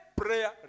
prayer